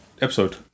episode